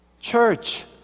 Church